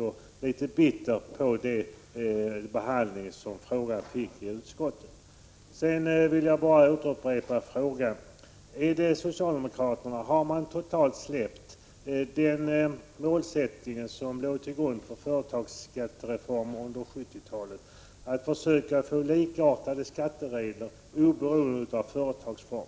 och litet bitter över den behandling som frågan nu fått i utskottet. Sedan vill jag upprepa: Har socialdemokraterna totalt släppt den målsättning som låg till grund för företagsskattereformen under 1970-talet, nämligen att försöka få likartade skatteregler oberoende av företagsform?